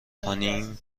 کنیم